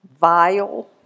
vile